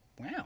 Wow